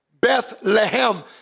Bethlehem